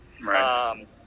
Right